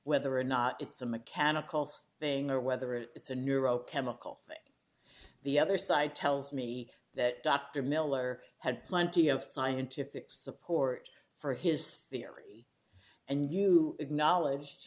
whether or not it's a mechanical thing or whether it's a neuro chemical the other side tells me that dr miller had plenty of scientific support for his theory and you acknowledge